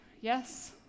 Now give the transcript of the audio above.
Yes